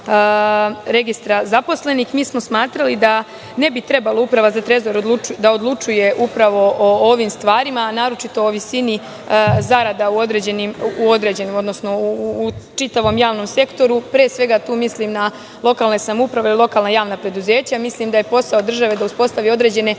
registra zaposlenih. Smatrali smo da ne bi trebalo da Uprava za Trezor odlučuje o ovim stvarima, a naročito o visini zarada u određenim, odnosno u čitavom javnom sektoru. Pre svega mislim na lokalne samouprave i lokalna javna preduzeća. Mislim da je posao države da uspostavi određene